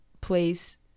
place